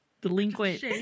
Delinquent